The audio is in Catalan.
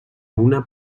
una